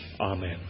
Amen